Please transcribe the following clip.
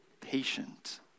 patient